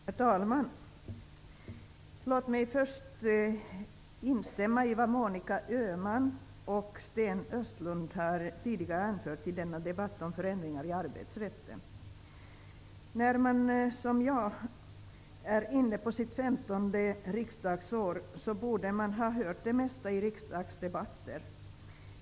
Herr talman! Låt mig först instämma i vad Monica Öhman och Sten Östlund tidigare har anfört i denna debatt om förändringar i arbetsrätten. När man, som jag, är inne på sitt femtonde riksdagsår borde man ha hört det mesta i riksdagsdebatter.